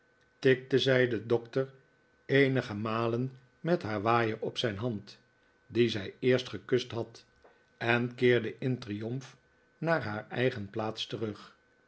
tikte zij den doctor eenige malen met haar waaier op zijn hand die zij eerst gekust had en keerde in triomf naar haar eigen plaats terug